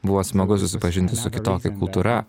buvo smagu susipažinti su kitokia kultūra